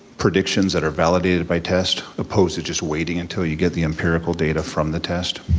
predictions that are validated by test opposed to just waiting until you get the empirical data from the test.